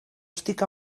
estic